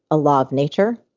a law of nature,